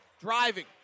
Driving